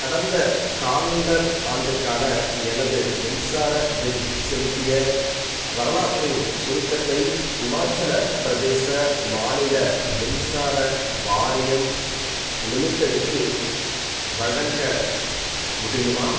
கடந்த காலண்டர் ஆண்டுக்கான எனது மின்சார பில் செலுத்திய வரலாற்றின் சுருக்கத்தை இமாச்சல பிரதேச மாநில மின்சார வாரியம் லிமிடெட்டுக்கு வழங்க முடியுமா